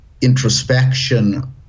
introspection